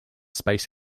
space